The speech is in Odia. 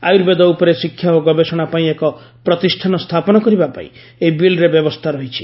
ଆର୍ୟୁବେଦ ଉପରେ ଶିକ୍ଷା ଓ ଗବେଷଣା ପାଇଁ ଏକ ପ୍ରତିଷାନ ସ୍ଥାପନ କରିବା ପାଇଁ ଏହି ବିଲ୍ରେ ବ୍ୟବସ୍ଥା ରହିଛି